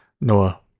Noah